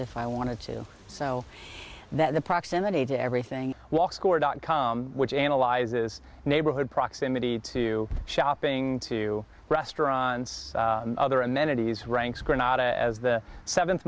if i wanted to so that the proximity to everything walk score dot com which analyzes neighborhood proximity to shopping to restaurants other amenities ranks grenada as the seventh